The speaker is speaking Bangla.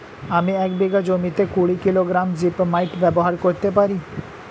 আমি এক বিঘা জমিতে কুড়ি কিলোগ্রাম জিপমাইট ব্যবহার করতে পারি?